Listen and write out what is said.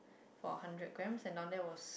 for a hundred grams and down there was